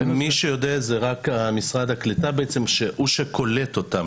מי שיודע זה רק משרד הקליטה, שהוא שקולט אותם.